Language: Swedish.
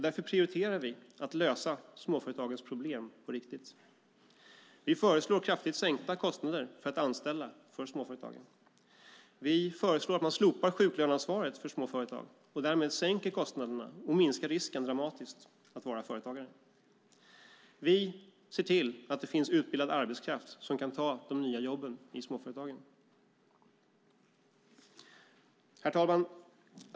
Därför prioriterar vi att lösa småföretagens problem på riktigt. Vi föreslår kraftigt sänkta kostnader för att anställa för småföretagen. Vi föreslår att man slopar sjuklöneansvaret för små företag och därmed sänker kostnaderna och minskar risken att vara företagare dramatiskt. Vi ser till att det finns utbildad arbetskraft som kan ta de nya jobben i småföretagen. Herr talman!